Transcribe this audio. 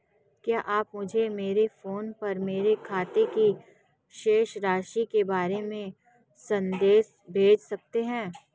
क्या आप मुझे मेरे फ़ोन पर मेरे खाते की शेष राशि के बारे में संदेश भेज सकते हैं?